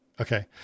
Okay